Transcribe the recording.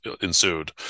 ensued